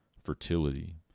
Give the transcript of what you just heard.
fertility